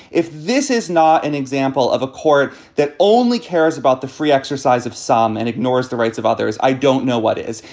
if this is not an example of a court that only cares about the free exercise of some and ignores the rights of others, i don't know what is.